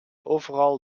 overal